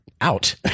out